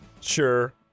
Sure